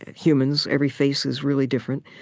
humans, every face is really different.